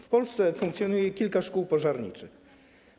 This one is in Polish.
W Polsce funkcjonuje kilka szkół pożarniczych: